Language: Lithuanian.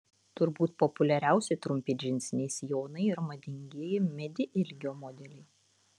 turbūt populiariausi trumpi džinsiniai sijonai ir madingieji midi ilgio modeliai